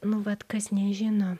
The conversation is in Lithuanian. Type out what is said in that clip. nu vat kas nežino